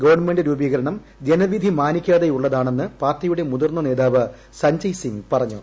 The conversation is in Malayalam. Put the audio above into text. ഗവൺമെന്റ് രൂപീകരണം ജനവിധി മാനിക്കാതെയുള്ളതാണെന്ന് പാർട്ടിയുടെ മുതിർന്ന നേതാവ് സഞ്ജയ് സിംഗ് പറഞ്ഞു